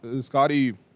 Scotty